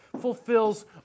fulfills